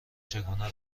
چگونه